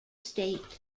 state